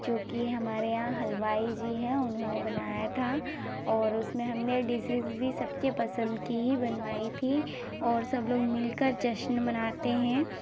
जो कि हमारे यहाँ हलवाई जी हैं उन्होंने बनाया था और उसमें हमने डिशिस भी सबके पसंद की ही बनवाई थी और सब लोग मिलकर जश्न मनाते हैं